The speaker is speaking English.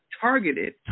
targeted